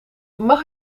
mag